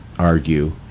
Argue